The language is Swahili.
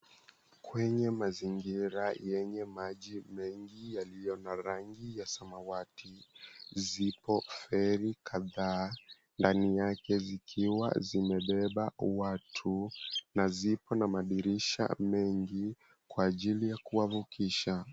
Kwenye mazingiria yenye maji mengi yaliyo na rangi ya samawati, zipo feri kadhaa ndani yake zikiwa zimebeba watu na zipo na madirisha mengi kwa ajili ya kuwavukisha.